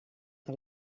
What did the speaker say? que